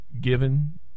given